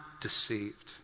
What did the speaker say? deceived